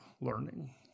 learning